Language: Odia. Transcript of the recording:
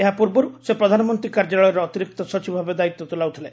ଏହାପୂର୍ବରୁ ସେ ପ୍ରଧାନମନ୍ତ୍ରୀ କାର୍ଯ୍ୟାଳୟରେ ଅତିରିକ୍ତ ସଚିବ ଭାବେ ଦାୟିତ୍ୱ ତୁଲାଉଥିଲେ